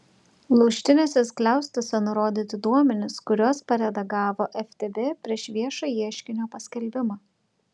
laužtiniuose skliaustuose nurodyti duomenys kuriuos paredagavo ftb prieš viešą ieškinio paskelbimą